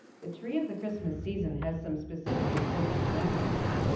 the tree of the christmas season has some specifically christmas messages.